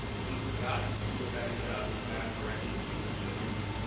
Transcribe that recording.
we've got to do a better job, we've got to correct these system failures.